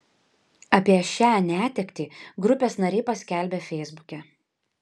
apie šią netektį grupės nariai paskelbė feisbuke